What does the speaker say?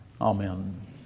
amen